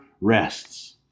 rests